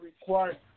required